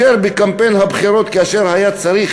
בקמפיין הבחירות, כאשר היה צריך